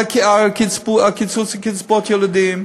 על הקיצוץ בקצבאות ילדים.